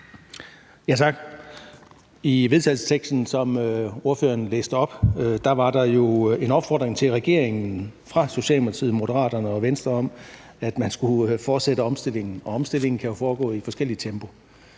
Tak. I vedtagelsesteksten, som ordføreren læste op, var der jo en opfordring til regeringen fra Socialdemokratiet, Moderaterne og Venstre om, at man skulle fortsætte omstillingen, og omstillingen kan jo foregå i forskellige tempi.